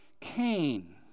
Cain